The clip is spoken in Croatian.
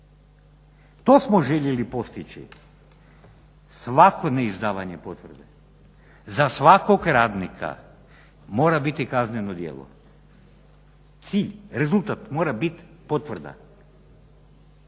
to smo željeli postići, svako neizdavanje potvrde za svakog radnika mora biti kazneno djelo. Cilj, rezultat mora biti potvrda,